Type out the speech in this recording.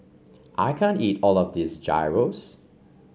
I can't eat all of this Gyros